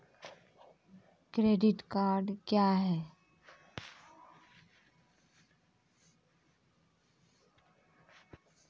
Credit card क्या हैं?